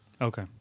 Okay